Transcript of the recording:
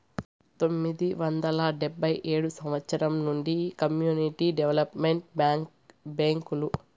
పంతొమ్మిది వందల డెబ్భై ఏడవ సంవచ్చరం నుండి కమ్యూనిటీ డెవలప్మెంట్ బ్యేంకులు పుట్టుకొచ్చినాయి